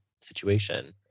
situation